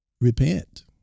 repent